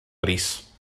rees